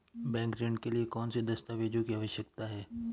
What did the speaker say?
Bank ऋण के लिए कौन से दस्तावेजों की आवश्यकता है?